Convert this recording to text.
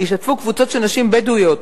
השתתפו קבוצות של נשים בדואיות.